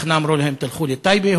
בתחנה אמרו להם: תלכו לטייבה.